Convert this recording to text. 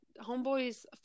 homeboy's